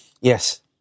Yes